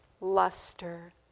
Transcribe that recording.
luster